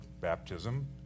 baptism